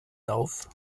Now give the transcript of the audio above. lauf